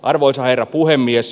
arvoisa herra puhemies